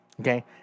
Okay